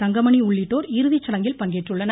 தங்கமணி உள்ளிட்டோர் இறுதிச்சடங்கில் பங்கேற்றுள்ளனர்